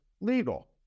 legal